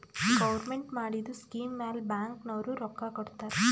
government ಮಾಡಿದು scheme ಮ್ಯಾಲ bank ನವ್ರು ರೊಕ್ಕಾ ಕೊಡ್ತಾರ್